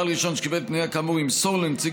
בעל רישיון שקיבל פנייה כאמור ימסור לנציג